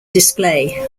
display